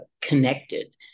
connected